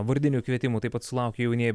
vardinių kvietimų taip pat sulaukė jaunieji